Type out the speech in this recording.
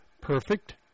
perfect